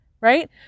right